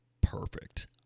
perfect